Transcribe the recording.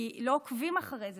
כי לא עוקבים אחרי זה.